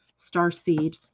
starseed